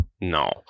no